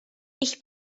ich